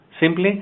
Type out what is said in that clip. Simply